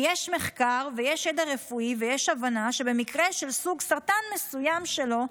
כי יש מחקר ויש ידע רפואי ויש הבנה שבמקרה של סוג הסרטן המסוים שלו,